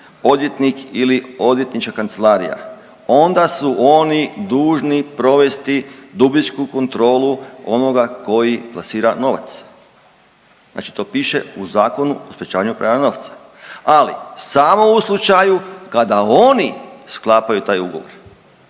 odvjetnik ili odvjetnička kancelarija onda su oni dužni provesti dubinsku kontrolu onoga koji plasira novac. Znači to piše u Zakonu o sprečavanju pranja novca, ali samo u slučaju kada oni sklapaju taj ugovor.